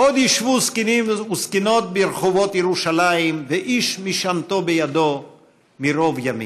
"עוד ישבו זקנים וזקנות ברחֹבות ירושלים ואיש משענתו בידו מרֹב ימים".